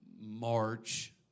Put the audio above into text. March